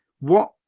what,